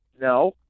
no